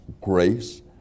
grace